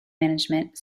management